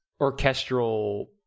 orchestral